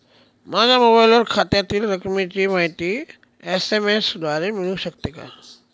माझ्या मोबाईलवर खात्यातील रकमेची माहिती एस.एम.एस द्वारे मिळू शकते का?